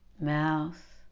mouth